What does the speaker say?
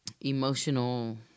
emotional